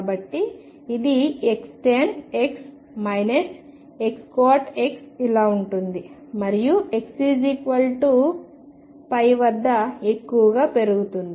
కాబట్టి ఇది Xtan X X X ఇలా ఉంటుంది మరియు Xπ వద్ద ఎక్కువగా పెరుగుతుంది